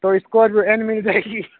तो इसकॉरपियो एन मिल जाएगी